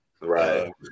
Right